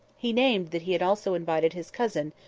he named that he had also invited his cousin,